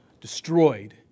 destroyed